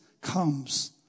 comes